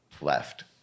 left